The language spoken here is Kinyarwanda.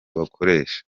bakoresha